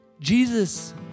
jesus